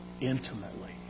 intimately